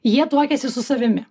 jie tuokiasi su savimi